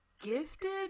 gifted